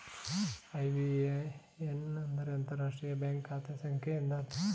IBAN ಅಂದರೆ ಅಂತರರಾಷ್ಟ್ರೀಯ bank ಖಾತೆ ಸಂಖ್ಯೆ ಎಂದರ್ಥ